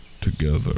Together